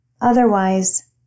Otherwise